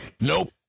Nope